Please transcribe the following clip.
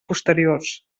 posteriors